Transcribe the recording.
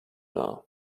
nahe